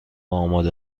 آماده